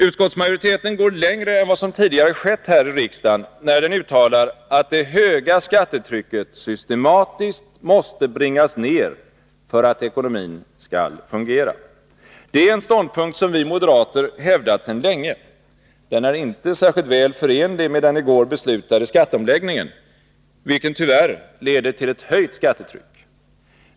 Utskottsmajoriteten går längre än vad som tidigare skett här i riksdagen, när den uttalar att det höga skattetrycket systematiskt måste bringas ned för att ekonomin skall fungera. Det är en ståndpunkt som vi moderater hävdat sedan länge. Den är inte särskilt väl förenlig med den i går beslutade skatteomläggningen, vilken tyvärr leder till ett höjt skattetryck.